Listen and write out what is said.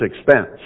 expense